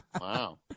Wow